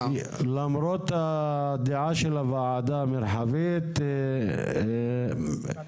איך למרות הדעה של הוועדה המרחבית זה אושר?